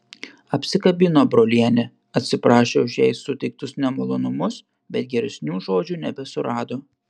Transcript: apsikabino brolienę atsiprašė už jai suteiktus nemalonumus bet geresnių žodžių nebesurado